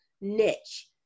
niche